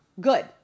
Good